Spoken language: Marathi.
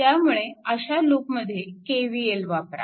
त्यामुळे अशा लूपमध्ये KVL वापरा